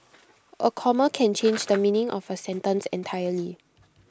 A comma can change the meaning of A sentence entirely